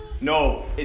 No